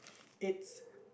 it's